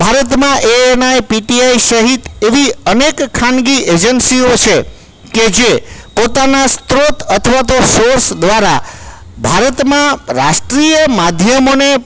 ભારતમાં ANI PTI સહિત અનેક ખાનગી એજન્સીઓ છે કે જે પોતાના સ્રોત અથવા તો સોર્સ દ્વારા ભારતમાં રાષ્ટ્રીય માધ્યમોને